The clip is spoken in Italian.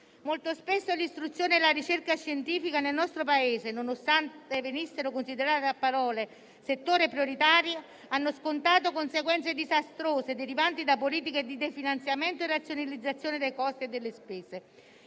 Molto spesso l'istruzione e la ricerca scientifica nel nostro Paese, nonostante fossero considerate a parole «settore prioritario», hanno scontato conseguenze disastrose derivanti da politiche di definanziamento e razionalizzazione dei costi e delle spese.